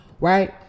Right